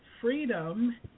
freedom